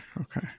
Okay